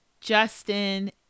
Justin